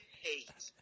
hate